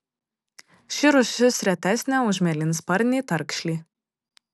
ši rūšis retesnė už mėlynsparnį tarkšlį